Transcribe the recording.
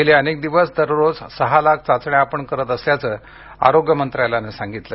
गेले अनेक दिवस दररोज सहा लाख चाचण्या आपण करत असल्याचं आरोग्य मंत्रालयानं स्पष्ट केलं